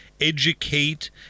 educate